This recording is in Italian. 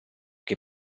che